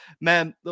man